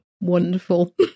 Wonderful